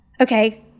okay